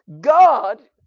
God